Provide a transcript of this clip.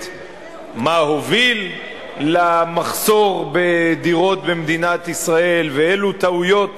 מה הוביל למחסור בדירות במדינת ישראל ואילו טעויות